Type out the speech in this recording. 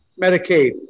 Medicaid